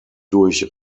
durch